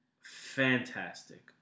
fantastic